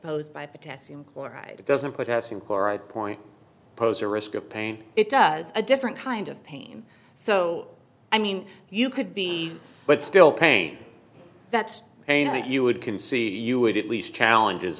posed by potassium chloride it doesn't put us in core i point pose a risk of pain it does a different kind of pain so i mean you could be but still pain that pain like you would can see you would at least challenge